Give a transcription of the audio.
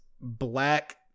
black